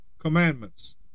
commandments